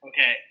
okay